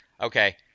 okay